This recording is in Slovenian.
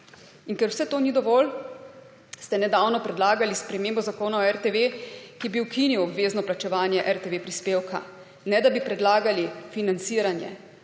In ker vse to ni dovolj, ste nedavno predlagali spremembo Zakona o RTV, ki bi ukinil obvezno plačevanje RTV prispevka, ne da bi predlagali financiranje.